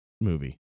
movie